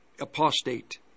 apostate